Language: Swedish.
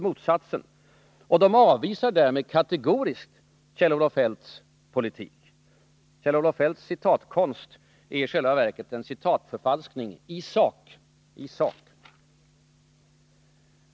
Den avvisar därmed kategoriskt Kjell-Olof Feldts politik. Kjell-Olof Feldts citatkonst är i själva verket en citatförfalskning — i sak.